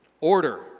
Order